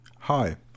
Hi